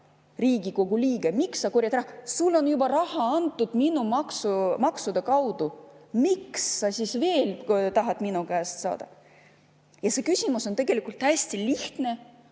Riigikogu liige, miks sa korjad raha? Sulle on juba raha antud minu maksude kaudu, miks sa siis veel tahad seda minu käest saada? See küsimus on tegelikult hästi lihtne,